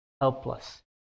helpless